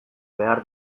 behar